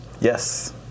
Yes